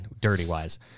dirty-wise